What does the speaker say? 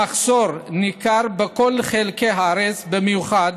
המחסור ניכר בכל חלקי הארץ, ובמיוחד